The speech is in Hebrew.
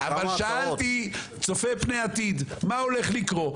אבל שאלתי צופה פני עתיד מה הולך לקרות?